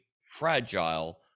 fragile